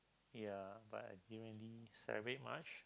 ya but I didn't really celebrate much